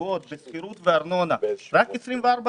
קבועות של שכירות וארנונה, מימוש רק 24 אחוזים.